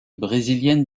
brésilienne